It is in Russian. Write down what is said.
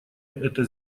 это